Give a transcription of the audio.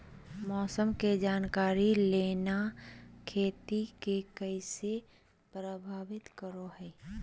मौसम के जानकारी लेना खेती के कैसे प्रभावित करो है?